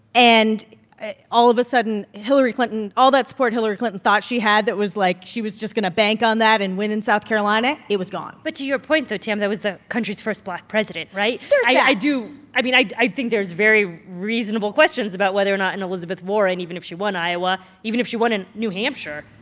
and all of a sudden, hillary clinton all that support hillary clinton thought she had that was, like, she was just going to bank on that and win in south carolina, it was gone but to your point, though, tam, that was the country's first black president, right? there's that yeah i do i mean, i i think there's very reasonable questions about whether or not an elizabeth warren, even if she won iowa, even if she won in new hampshire,